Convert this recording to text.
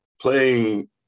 playing